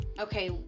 okay